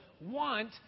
want